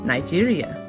Nigeria